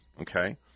Okay